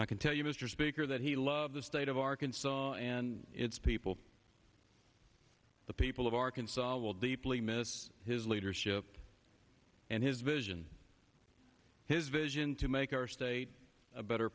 i can tell you mr speaker that he loves the state of arkansas and its people the people of arkansas will deeply miss his leadership and his vision his vision to make our state a better